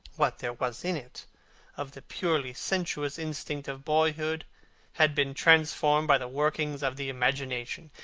what there was in it of the purely sensuous instinct of boyhood had been transformed by the workings of the imagination,